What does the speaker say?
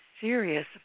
serious